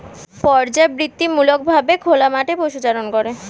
পর্যাবৃত্তিমূলক ভাবে খোলা মাঠে পশুচারণ করে